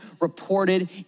reported